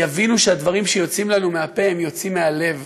יבינו שהדברים שיוצאים לנו מהפה יוצאים מהלב,